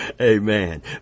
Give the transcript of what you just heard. Amen